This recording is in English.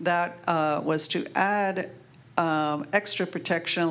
that was to add extra protection